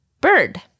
Bird